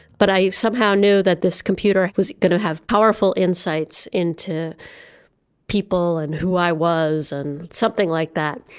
but i somehow knew that this computer was going to have powerful insights into people and who i was and something like that.